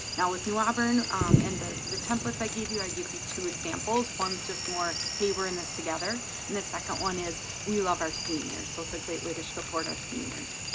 now with new auburn um in the the templates i gave you, i gave you two examples. one's just more, hey, we're in this together and the second one is we love our seniors, so it's a great way to support our seniors.